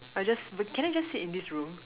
I'll just but can I just sit in this room